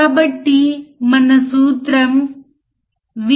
కాబట్టి మొదట 0